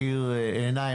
מאיר עיניים,